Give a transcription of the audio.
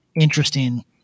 interesting